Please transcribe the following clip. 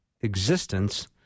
existence